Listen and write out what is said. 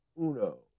uno